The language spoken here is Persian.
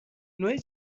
نوع